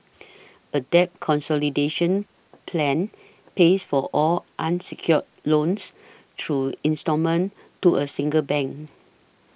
a debt consolidation plan pays for all unsecured loans through instalment to a single bank